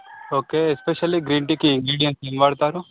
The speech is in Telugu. ఓకే ఎస్పెషల్లీ గ్రీన్ టీకి ఇంగ్రిడియెంట్ ఎం వాడతారు